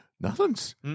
Nothing's